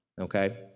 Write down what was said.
okay